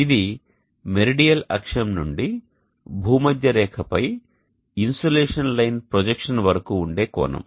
ఇది మెరిడియల్ అక్షం నుండి భూమధ్య రేఖపై ఇన్సోలేషన్ లైన్ ప్రొజెక్షన్ వరకు ఉండే కోణం